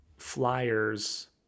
flyers